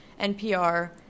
NPR